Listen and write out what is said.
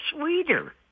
sweeter